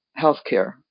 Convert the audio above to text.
healthcare